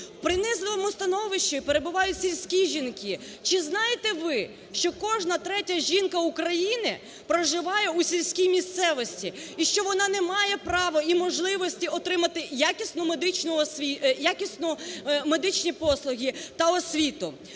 В принизливому становищі перебувають сільські жінки. Чи знаєте ви, що кожна третя жінка України проживає у сільській місцевості? І, що вона немає права і можливості отримати якісні медичні послуги та освіту.